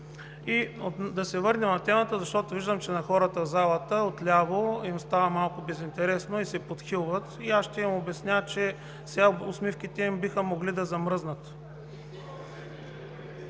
да се върнем на темата. Виждам, че на хората отляво в залата им стана малко безинтересно и се подхилват – аз ще им обясня, че сега усмивките им биха могли да замръзнат.